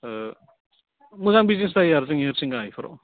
मोजां बिजिनेस जायो आरो जोंनि हरिसिंगा बेफोराव